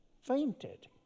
Fainted